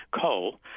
coal